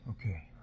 Okay